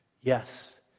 Yes